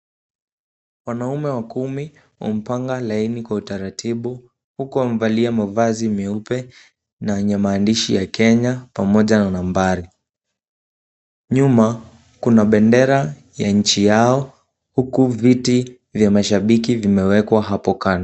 Wanaume wakumi wamepanga laini kwa utaratibu huku wamevalia mavazi meupe na yenye maandishi ya kenya pamoja na nambari. Nyuma kuna bendera ya nchi yao huku viti vya mashabiki vimewekwa hapo kando.